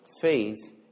faith